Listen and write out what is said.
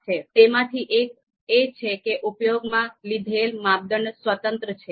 તેમાંથી એક એ છે કે ઉપયોગ માં લીધેલ માપદંડ સ્વતંત્ર છે